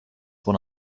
what